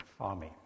army